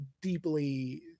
deeply